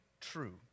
true